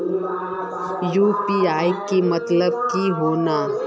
UPI के मतलब की होने?